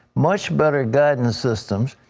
much better guidance systems.